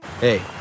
hey